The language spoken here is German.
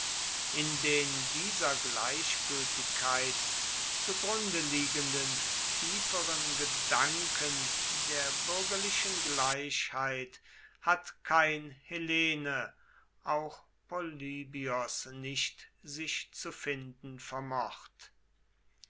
in den dieser gleichgültigkeit zu grunde liegenden tieferen gedanken der bürgerlichen gleichheit hat kein hellene auch polybios nicht sich zu finden vermocht